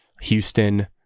Houston